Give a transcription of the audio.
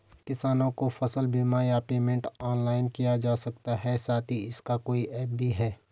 किसानों को फसल बीमा या पेमेंट ऑनलाइन किया जा सकता है साथ ही इसका कोई ऐप भी है?